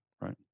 right